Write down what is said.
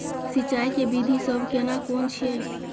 सिंचाई के विधी सब केना कोन छिये?